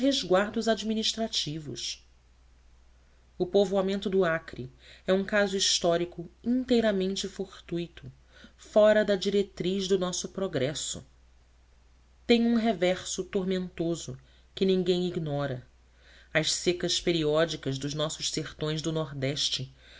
resguardos administrativos o povoamento do acre é um caso histórico inteiramente fortuito fora da diretriz do nosso progresso tem um reverso tormentoso que ninguém ignora as secas periódicas dos nossos sertões do